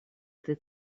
этой